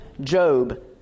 Job